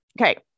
Okay